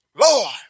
Lord